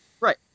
Right